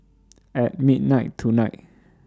At midnight tonight